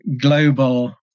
Global